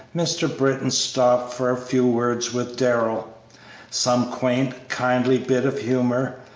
mr. britton stopped for a few words with darrell some quaint, kindly bit of humor,